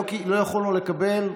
לא יכולנו לקבל,